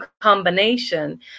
combination